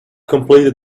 completed